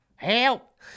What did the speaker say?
help